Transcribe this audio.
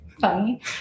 funny